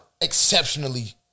exceptionally